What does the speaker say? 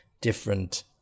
different